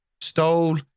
stole